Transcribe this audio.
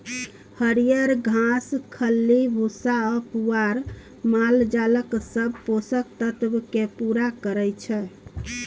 हरियर घास, खल्ली भुस्सा आ पुआर मालजालक सब पोषक तत्व केँ पुरा करय छै